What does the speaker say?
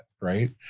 right